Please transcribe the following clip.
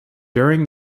during